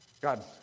God